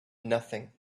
nothing